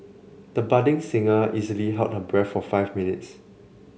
the budding singer easily held her breath for five minutes